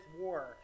war